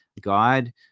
God